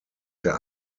der